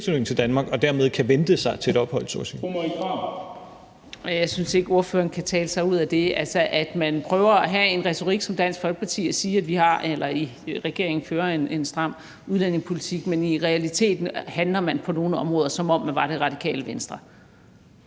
Jeg synes ikke, ordføreren kan tale sig ud af det. Man prøver at have en retorik som Dansk Folkeparti og siger, at regeringen fører en stram udlændingepolitik, men i realiteten handler man på nogle områder, som om man var Radikale Venstre.